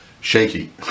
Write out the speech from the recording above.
shaky